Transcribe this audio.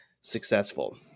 successful